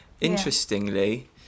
Interestingly